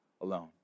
alone